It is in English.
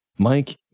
Mike